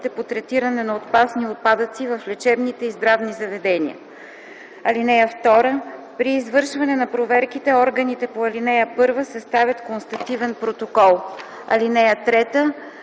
по третиране на опасни отпадъци в лечебните и здравните заведения. (2) При извършване на проверките органите по ал. 1 съставят констативен протокол. (3)